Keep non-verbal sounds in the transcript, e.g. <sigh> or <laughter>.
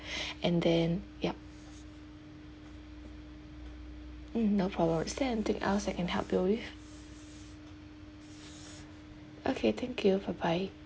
<breath> and then yup mm no problem is there anything else I can help you with okay thank you bye bye